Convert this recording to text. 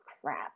crap